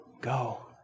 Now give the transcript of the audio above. go